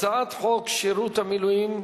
הצעת חוק שירות המילואים (תיקון,